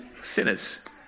sinners